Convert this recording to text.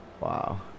wow